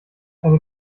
eine